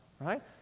right